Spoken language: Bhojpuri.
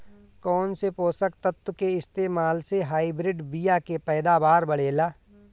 कौन से पोषक तत्व के इस्तेमाल से हाइब्रिड बीया के पैदावार बढ़ेला?